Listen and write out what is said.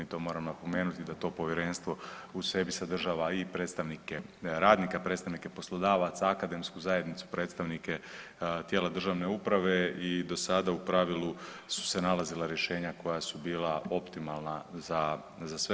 To moram napomenuti da to povjerenstvo u sebi sadržava i predstavnike radnika, predstavnike poslodavaca, akademsku zajednicu, predstavnike tijela državne uprave i do sada u pravilu su se nalazila rješenja koja su bila optimalna za sve.